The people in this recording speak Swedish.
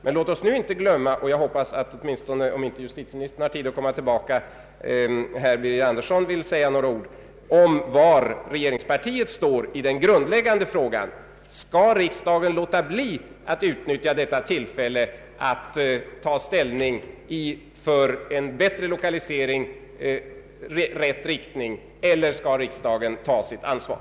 Jag hoppas att herr Birger Andersson, om justitieministern inte har tid att komma tillbaka, vill säga några ord om var regeringspartiet står i den grundläggande frågan: Skall riksdagen låta bli att utnyttja detta tillfälle att ta ställning för en bättre lokalisering, en lokalisering i rätt riktning, eller skall riksdagen ta sitt ansvar?